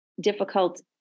difficult